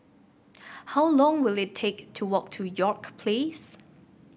how long will it take to walk to York Place